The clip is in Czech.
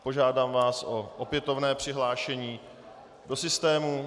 Požádám vás o opětovné přihlášení do systému.